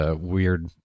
weird